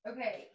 Okay